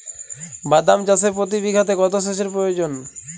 বাদাম চাষে প্রতি বিঘাতে কত সেচের প্রয়োজন?